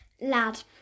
Lad